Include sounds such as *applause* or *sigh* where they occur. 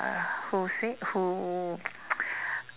uh who said who *noise*